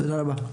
תודה רבה.